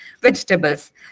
vegetables